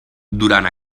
durant